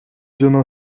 жана